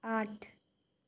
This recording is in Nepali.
आठ